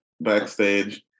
backstage